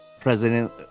president